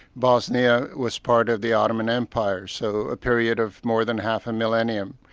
bosnia was part of the ottoman empire, so a period of more than half a millennium.